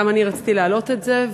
גם אני רציתי להעלות את זה,